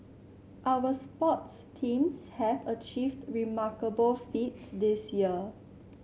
our sports teams have achieved remarkable feats this year